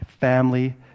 family